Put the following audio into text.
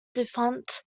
defunct